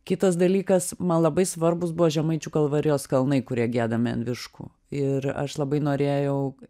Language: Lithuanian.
kitas dalykas man labai svarbūs buvo žemaičių kalvarijos kalnai kurie giedami ant viškų ir aš labai norėjau